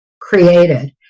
created